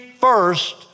first